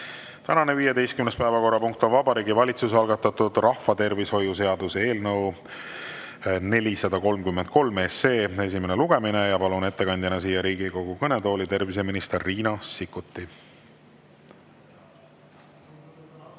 Tänane 15. päevakorrapunkt on Vabariigi Valitsuse algatatud rahvatervishoiu seaduse eelnõu 433 esimene lugemine. Palun ettekandjana siia Riigikogu kõnetooli terviseminister Riina Sikkuti.